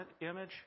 image